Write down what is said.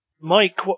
Mike